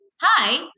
hi